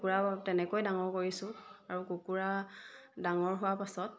কুকুৰাও তেনেকৈ ডাঙৰ কৰিছোঁ আৰু কুকুৰা ডাঙৰ হোৱাৰ পাছত